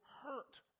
hurt